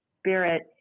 spirit